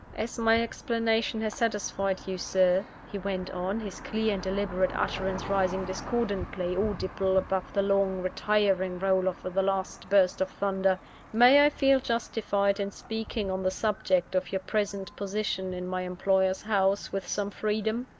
as my explanation has satisfied you, sir, he went on his clear and deliberate utterance rising discordantly audible above the long, retiring roll of the last burst of thunder may i feel justified in speaking on the subject of your present position in my employer's house, with some freedom?